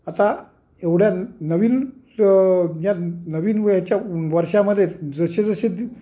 आता एवढ्या नवीन या नवीन व याच्या वर्षामध्ये जसे जसे दि